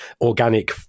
organic